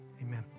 Amen